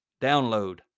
download